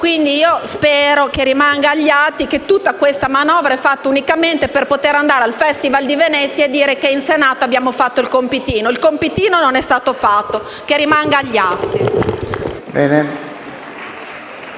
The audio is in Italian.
quindi, che rimanga agli atti che tutta la manovra è fatta unicamente per andare al Festival di Venezia e dire che in Senato abbiamo fatto il compitino. Il compitino non è stato fatto: che rimanga agli atti.